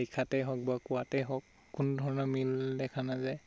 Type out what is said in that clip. লিখাতে হওক বা কোৱাতে হওক কোনো ধৰণৰ মিল দেখা নাযায়